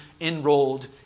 enrolled